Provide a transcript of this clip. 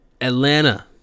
Atlanta